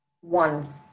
one